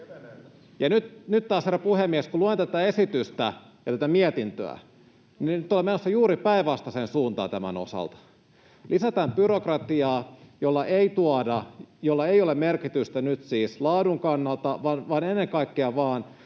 ja nyt taas, herra puhemies, kun luen tätä esitystä ja tätä mietintöä, niin nyt ollaan menossa juuri päinvastaiseen suuntaan tämän osalta: lisätään byrokratiaa, jolla ei tuoda, jolla ei ole merkitystä nyt siis laadun kannalta, vaan ennen kaikkea vain